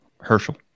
Herschel